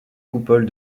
coupole